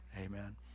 Amen